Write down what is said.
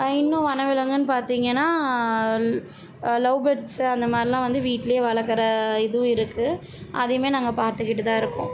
இன்னும் வனவிலங்குன்னு பார்த்திங்கனா லவ் பேர்ட்ஸ்ஸு அந்தமாதிரிலாம் வந்து வீட்லேயே வளர்க்கிற இதுவும் இருக்குது அதையுமே நாங்கள் பார்த்துக்கிட்டுதான் இருக்கோம்